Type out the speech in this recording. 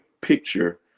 picture